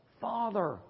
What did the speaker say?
Father